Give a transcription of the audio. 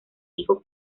dijo